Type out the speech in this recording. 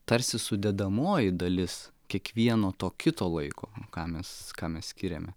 tarsi sudedamoji dalis kiekvieno to kito laiko ką mes ką mes skiriame